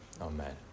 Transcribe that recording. Amen